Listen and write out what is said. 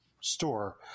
store